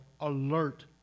alert